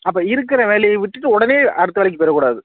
அப்போது இருக்கிற வேலையை விட்டுட்டு உடனே அடுத்த வேலைக்கு போய்விடகூடாது